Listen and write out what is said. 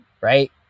right